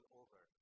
over